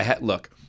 look